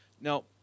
Now